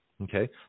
Okay